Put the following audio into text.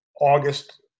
August